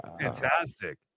fantastic